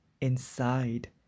inside